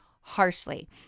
harshly